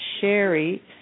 sherry